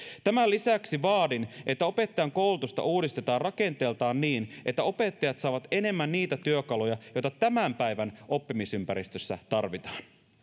tämän lisäksi vaadin että opettajankoulutusta uudistetaan rakenteeltaan niin että opettajat saavat enemmän niitä työkaluja joita tämän päivän oppimisympäristössä tarvitaan